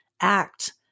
act